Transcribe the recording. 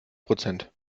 prozent